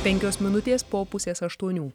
penkios minutės po pusės aštuonių